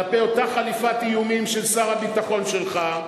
כלפי אותה חליפת איומים של שר הביטחון שלך.